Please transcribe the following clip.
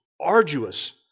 arduous